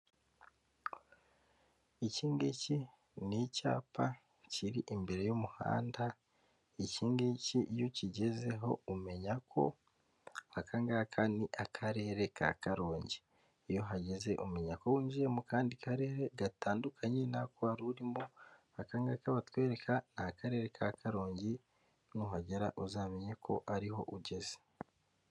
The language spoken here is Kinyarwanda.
Ikingiki ni icyapa kiri imbere y'umuhanda, ikingiki iyo ukigezeho umenya ko akangaka ni akarere ka Karongi. Iyo uhageze umenya ko winjiye mu kandi karere gatandukanye nako wari urimo, akangaka batwereka ni akarere ka Karongi nuhagera uzamenye ko ariho ugeze.